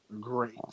Great